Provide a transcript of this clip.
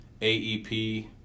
AEP